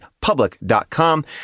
public.com